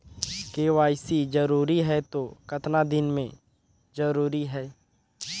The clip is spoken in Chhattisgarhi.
के.वाई.सी जरूरी हे तो कतना दिन मे जरूरी है?